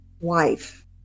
Wife